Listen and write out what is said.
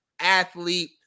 athlete